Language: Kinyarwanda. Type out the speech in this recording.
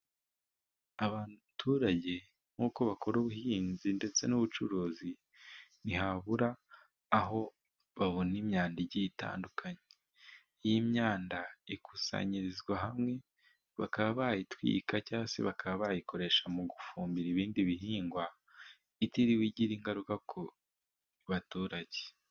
Abaturage nk'uko bakora ubuhinzi ndetse n'ubucuruzi, ntihabura aho babona imyanda igiye itandukanye. Iyi myanda ikusanyirizwa hamwe ,bakaba bayitwika cyangwa bakaba bayikoresha mu gufumbira ibindi bihingwa, itiriwe igira ingaruka ku baturage.